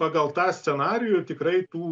pagal tą scenarijų tikrai tų